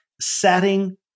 setting